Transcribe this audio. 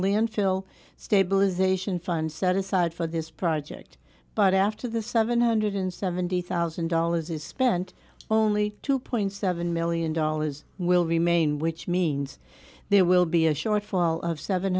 landfill stabilization fund set aside for this project but after the seven hundred seventy thousand dollars is spent only two point seven million dollars will remain which means there will be a shortfall of seven